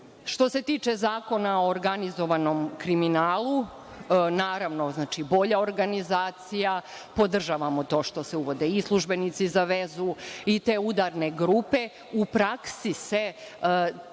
se tiče Zakona o organizovanog kriminala, naravno, bolja organizacija, podržavamo to što se uvodi i službenici za vezu i te udarne grupe. U praksi se